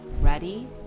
ready